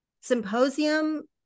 Symposium